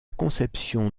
conception